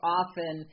often